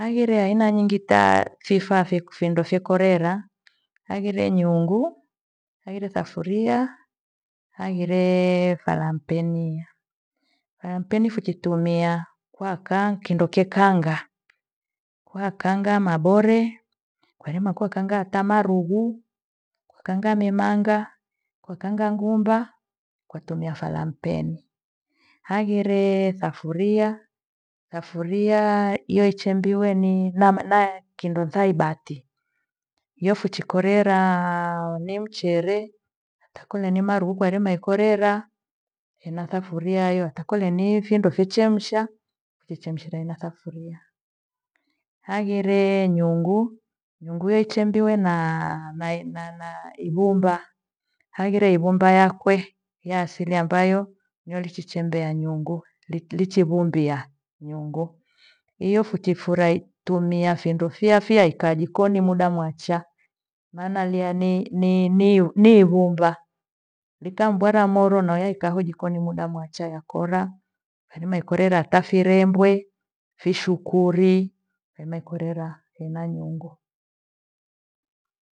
Aghire aina nyingi ta- chifaa veku shinde fekorera aghire nyungu, aghire sufuria, aghire fulampeni. Fulampeni fuchitumia kwakaa, kindo kekaanga. Kwa kaanga mabore, kwerime kwekaanga hata marughu, kwakaanga mimanga, kwakaanga ngumba kwa tumia fulampeni. Hangire safuria, safuria iyo ichembiwe ni- na kindo tha ibati. Hiyo fuchikoreraaa ni mchere takuire ni marughu kwarime ikorera ena sufuriayo takole ni na findo foshe fo chemsha kwa chemshira ena sufuria. Haghire nyungu, nyungu yeichembiwe naa- nai- na- na ihumba hangire ivumba yakwe ya asili ambayo nyweli chichembea nyungu lichivumbia nyungu iyo futifurahi tumia findo fia fia ikaa jikoni muda mwacha. Maana lia ni- ni- ni- nihumba likambwara moro noya ikaa hao jikoni muda mwacha herima ikorera hata virembwe, fishukuri enekorera ena nyungu